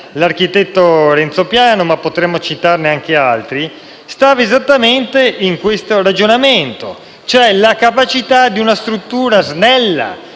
l'architetto Renzo Piano, ma potremmo citarne anche altri - stava esattamente in questo ragionamento. Mi riferisco cioè alla capacità di una struttura snella,